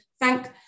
thank